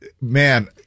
man